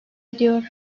ediyor